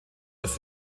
das